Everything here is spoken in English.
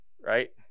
right